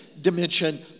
dimension